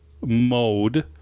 mode